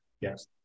Yes